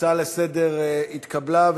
ההצעה לסדר-היום התקבלה,